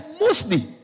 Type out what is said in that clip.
mostly